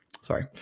Sorry